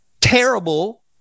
terrible